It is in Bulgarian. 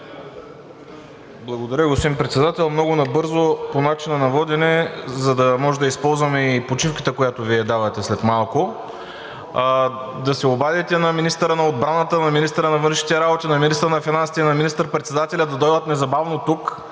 Благодаря, господин Председател. Много набързо по начина на водене, за да можем да използваме и почивката, която Вие давате след малко. Да се обадите на министъра на отбраната, на министъра на външните работи, на министъра на финансите и на министър-председателя да дойдат незабавно тук.